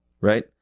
right